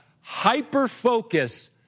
hyper-focus